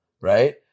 right